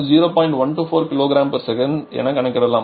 124 kg s என கணக்கிடலாம்